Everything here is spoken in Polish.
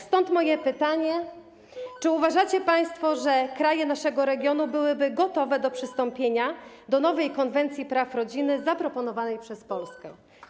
Stąd moje pytanie: Czy uważacie państwo, że kraje naszego regionu byłyby gotowe do przystąpienia do nowej Konwencji Praw Rodziny zaproponowanej przez Polskę?